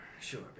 sure